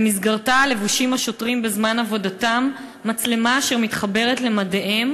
שבמסגרתה נושאים השוטרים בזמן עבודתם מצלמה אשר מתחברת למדיהם